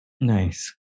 Nice